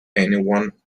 anyone